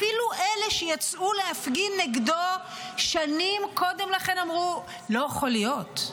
אפילו אלה שיצאו להפגין נגדו שנים קודם לכן אמרו: לא יכול להיות.